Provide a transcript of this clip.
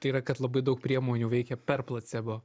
yra kad labai daug priemonių veikia per placebo